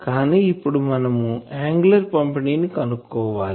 కానీ ఇప్పుడు మనము యాంగులర్ పంపిణి ని కనుక్కోవాలి